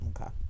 okay